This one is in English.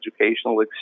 educational